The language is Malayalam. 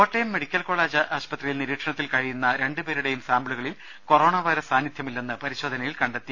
കോട്ടയം മെഡിക്കൽ കോളജ് ആശുപത്രിയിൽ നിരീക്ഷണത്തിൽ കഴിയുന്ന രണ്ടു പേരുടെയും സാമ്പിളുകളിൽ കൊറോണ വൈറസ് സാന്നിധൃമില്ലെന്ന് പരിശോധനയിൽ കണ്ടെത്തി